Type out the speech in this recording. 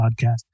podcast